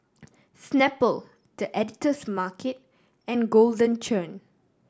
Snapple The Editor's Market and Golden Churn